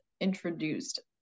introduced